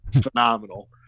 phenomenal